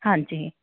ਹਾਂਜੀ